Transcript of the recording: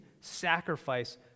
sacrifice